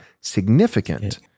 significant